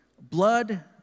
blood